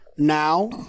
Now